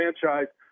franchise